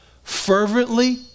Fervently